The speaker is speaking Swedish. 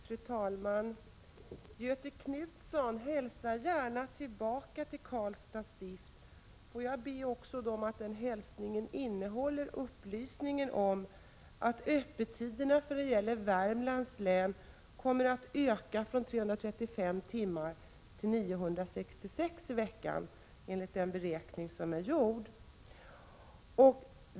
Fru talman! Göthe Knutson hälsar gärna tillbaka till Karlstads stift. Får jag be om att den hälsningen också innehåller upplysningen om att öppettiderna för alla expeditioner i Värmlands län sammantaget kommer att öka från 335 timmar till 966 timmar i veckan, enligt den beräkning som har gjorts.